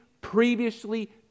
previously